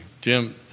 Jim